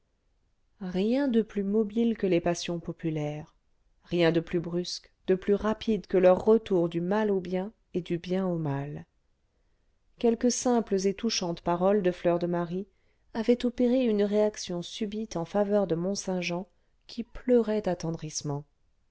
rien de plus mobile que les passions populaires rien de plus brusque de plus rapide que leurs retours du mal au bien et du bien au mal quelques simples et touchantes paroles de fleur de marie avaient opéré une réaction subite en faveur de mont-saint-jean qui pleurait